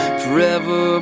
forever